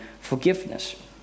forgiveness